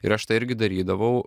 ir aš tą irgi darydavau